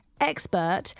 expert